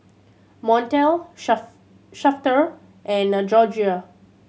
Montel Sharf Shafter and Gregoria